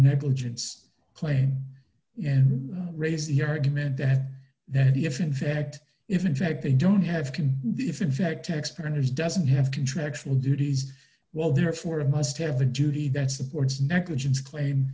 negligence claim in raise the argument that that if in fact if in fact they don't have can if in fact expertise doesn't have contractual duties well therefore it must have a duty that supports negligence claim